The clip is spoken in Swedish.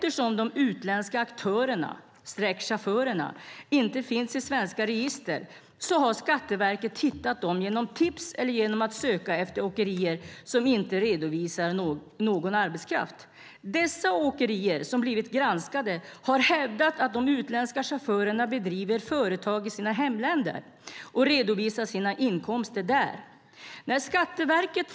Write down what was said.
Då de utländska aktörerna/chaufförerna inte är registrerade i något register i Sverige har Skatteverket endast kunnat hitta dem genom tips eller genom att söka efter åkerier som inte redovisar någon arbetskraft. Enligt Skatteverket har de åkerier som granskats hävdat att chaufförerna har bedrivit och bedriver företag och ska redovisa sina inkomster i sitt respektive hemland.